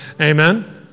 Amen